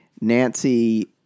Nancy